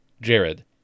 Jared